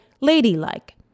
ladylike